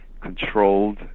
controlled